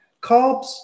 carbs